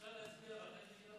היושב-ראש, אפשר להצביע, ואחר כך,